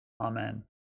Amen